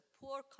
poor